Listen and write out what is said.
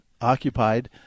occupied